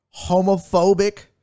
homophobic